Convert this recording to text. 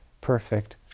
perfect